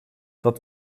dat